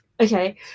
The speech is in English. Okay